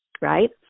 right